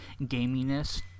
gaminess